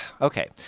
okay